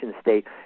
state